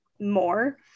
more